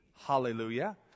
hallelujah